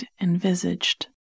envisaged